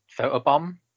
photobomb